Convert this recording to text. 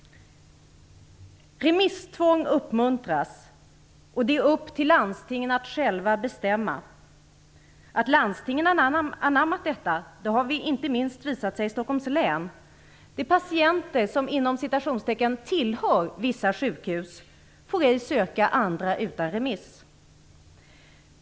Remisstvång uppmuntras, och det är landstingens sak att själva bestämma. Att landstingen har anammat detta har inte minst visat sig i Stockholms län. De patienter som "tillhör" vissa sjukhus får ej söka vid andra sjukhus utan remiss.